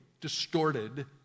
distorted